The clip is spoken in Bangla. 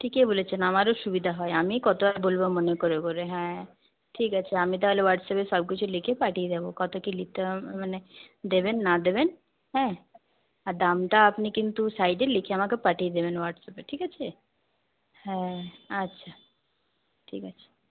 ঠিকই বলেছেন আমারও সুবিধা হয় আমি কত আর বলব মনে করে করে হ্য়াঁ ঠিক আছে আমি তাহলে ওয়াটসঅ্যাপে সব কিছু লিখে পাঠিয়ে দেব কত কি লিখতে হবে মানে দেবেন না দেবেন হ্য়াঁ আর দামটা আপনি কিন্তু সাইডে লিখে আমাকে পাঠিয়ে দেবেন ওয়াটসঅ্যাপে ঠিক আছে হ্যাঁ আচ্ছা ঠিক আছে